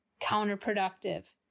counterproductive